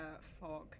fog